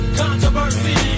controversy